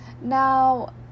Now